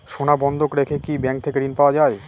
সোনা বন্ধক রেখে কি ব্যাংক থেকে ঋণ পাওয়া য়ায়?